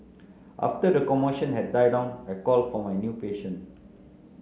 after the commotion had died down I called for my new patient